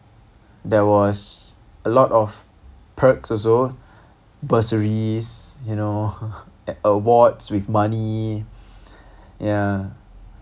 there was a lot of perks also bursaries you know awards with money ya